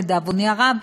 לדאבוני הרב,